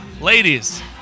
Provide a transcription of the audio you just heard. Ladies